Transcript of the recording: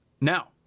Now